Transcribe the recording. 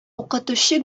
укытучы